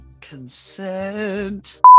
Consent